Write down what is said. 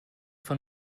von